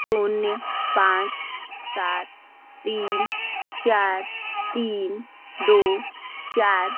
शून्य पाँच सात तीन चार तीन दो चार